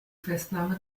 festnahme